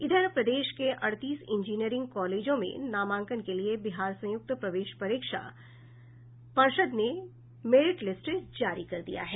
इधर प्रदेश के अड़तीस इंजीनियरिंग कॉलेजों में नामांकन के लिए बिहार संयुक्त प्रवेश प्रतियोगिता परीक्षा पर्षद ने मेरिटलिस्ट जारी कर दिया है